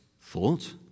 thought